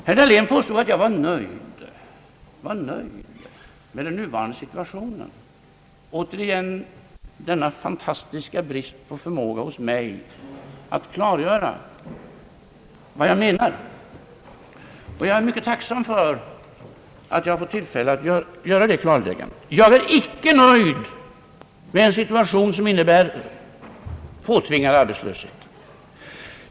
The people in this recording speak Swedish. Herr Dahlén påstod att jag var nöjd med den nuvarande situationen — återigen denna fantastiska brist på förmågan hos mig att klargöra vad jag menar. Jag är mycket tacksam för att jag har fått tillfälle att göra det klarläggandet. Jag är icke nöjd med en situation, som innebär påtvingad arbetslöshet.